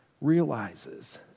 realizes